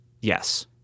Yes